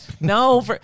No